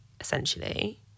essentially